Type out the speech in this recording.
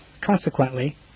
Consequently